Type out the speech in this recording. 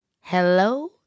Hello